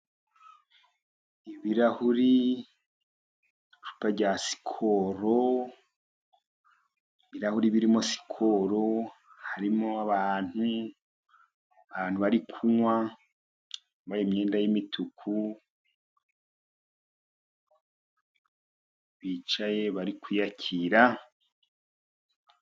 Ibirahuri, icupa rya sikoro, ibirahuri birimo sikoro, harimo abantu, abantu bari kunywa, bambaye imyenda yimituku, bicaye bari kwiyakira.